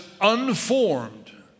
unformed